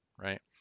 right